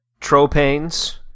tropanes